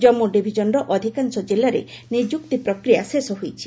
ଜନ୍ମ୍ ଡିଭିଜନର ଅଧିକାଂଶ ଜିଲ୍ଲାରେ ନିଯୁକ୍ତି ପ୍ରକ୍ରିୟା ଶେଷ ହୋଇଛି